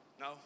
No